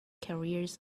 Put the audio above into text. careers